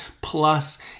plus